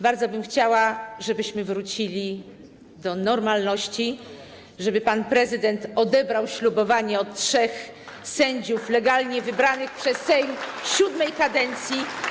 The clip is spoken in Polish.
Bardzo bym chciała, żebyśmy wrócili do normalności, żeby pan prezydent odebrał ślubowanie od trzech sędziów legalnie wybranych przez Sejm VII kadencji.